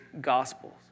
Gospels